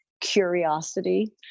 curiosity